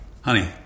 honey